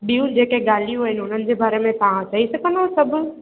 ॿियूं जेके ॻाल्हियूं आहिनि उन्हनि जे बारे में तव्हां चई सघंदव सभु